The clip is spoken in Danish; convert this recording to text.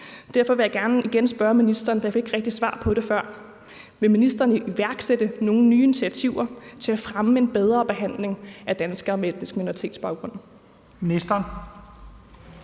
Derfor vil jeg gerne igen spørge ministeren, for jeg fik ikke rigtig svar på det før: Vil ministeren iværksætte nogle nye initiativer til at fremme en bedre behandling af danskere med etnisk minoritetsbaggrund?